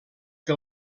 que